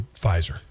Pfizer